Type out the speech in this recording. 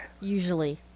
Usually